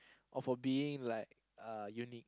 or for being like uh unique